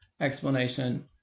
Explanation